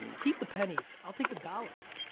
keep the pennies, i'll take the dollars!